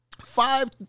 five